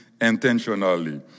intentionally